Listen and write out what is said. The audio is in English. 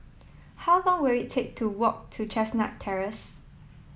how long will it take to walk to Chestnut Terrace